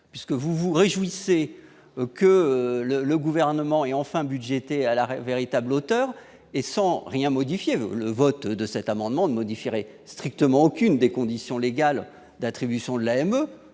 Puisque vous vous réjouissez que le le gouvernement et enfin à l'arrêt véritable auteur et sans rien modifier le vote de cet amendement ne modifierait strictement aucune des conditions légales d'attribution la